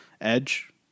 Edge